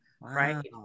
right